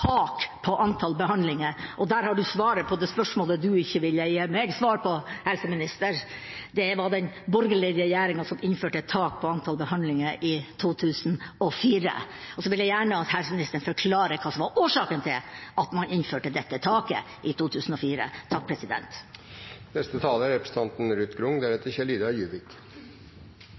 tak på antall behandlinger. Her har man svaret på det spørsmålet helseministeren ikke ville gi meg svar på: Det var den borgerlige regjeringa som innførte et tak på antall behandlinger, i 2004. Jeg vil gjerne at helseministeren forklarer hva som var årsaken til at man innførte dette taket i 2004. Kreft er